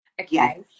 okay